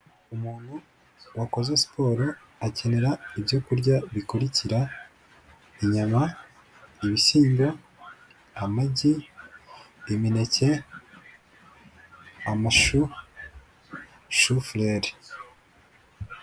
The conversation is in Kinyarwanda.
Umuntu wakoze siporo akenera ibyo kurya bikurikira: inyama, ibishyimbo, amagi, imineke, amashu, shufurere.